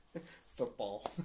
Football